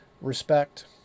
respect